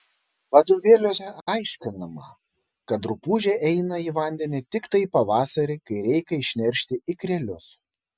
vadovėliuose aiškinama kad rupūžė eina į vandenį tiktai pavasarį kai reikia išneršti ikrelius